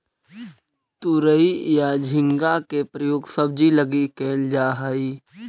तुरई या झींगा के प्रयोग सब्जी लगी कैल जा हइ